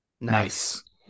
Nice